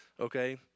Okay